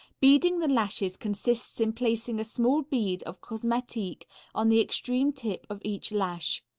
beading the lashes consists in placing a small bead of cosmetique on the extreme tip of each lash.